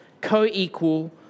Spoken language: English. co-equal